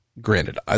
granted